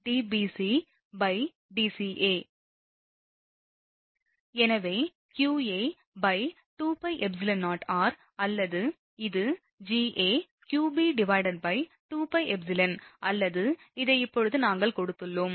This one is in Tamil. எனவே qa2πεor அல்லது இது Ga qb2πε அல்லது இதை இப்போது நாங்கள் கொடுத்துள்ளோம்